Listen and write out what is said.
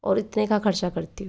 और इतने का खर्चा करती हूँ